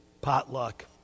potluck